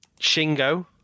Shingo